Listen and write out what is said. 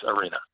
arena